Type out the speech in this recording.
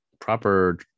proper